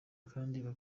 kandi